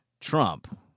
Trump